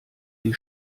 die